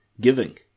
giving